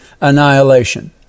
annihilation